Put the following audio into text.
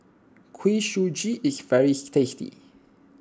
Kuih Suji is very tasty